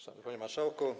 Szanowny Panie Marszałku!